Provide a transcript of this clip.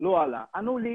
לא עלה, ענו לי: